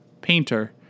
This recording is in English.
painter